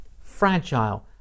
fragile